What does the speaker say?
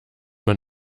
man